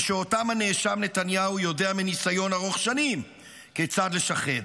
שאותם הנאשם נתניהו יודע מניסיון ארוך שנים כיצד לשחד,